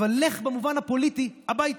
אבל במובן הפוליטי לך הביתה.